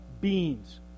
beans